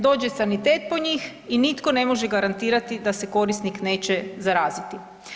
Dođe sanitet po njih i nitko ne može garantirati da se korisnik neće zaraziti.